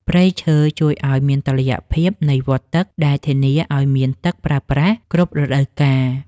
ព្រៃឈើជួយឱ្យមានតុល្យភាពនៃវដ្តទឹកដែលធានាឱ្យមានទឹកប្រើប្រាស់គ្រប់រដូវកាល។